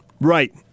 Right